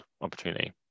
opportunity